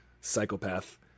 psychopath